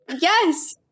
yes